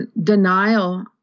denial